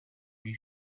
bee